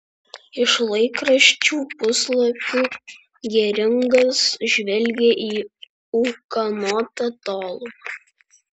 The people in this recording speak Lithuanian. iš laikraščių puslapių geringas žvelgė į ūkanotą tolumą